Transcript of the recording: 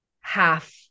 half